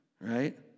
right